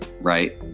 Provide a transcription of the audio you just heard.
right